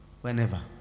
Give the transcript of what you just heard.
whenever